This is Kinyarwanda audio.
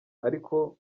ariko